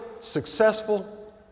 successful